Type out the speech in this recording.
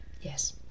yes